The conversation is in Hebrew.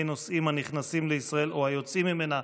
נוסעים הנכנסים לישראל או היוצאים ממנה,